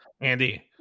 Andy